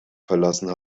verlassen